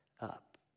up